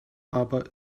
aber